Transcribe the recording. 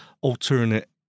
alternate